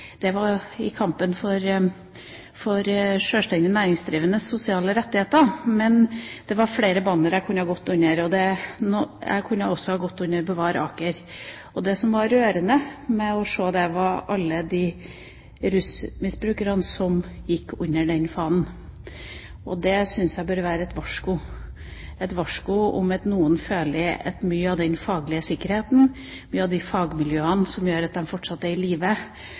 var flere bannere jeg kunne gått under. Jeg kunne også ha gått under «Bevar Aker». Det var rørende å se alle rusmisbrukerne som gikk under den fanen. Det synes jeg bør være et varsko – et varsko om at noen føler at mye av den faglige sikkerheten og mange av de fagmiljøene som gjør at de fortsatt er i